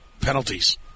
penalties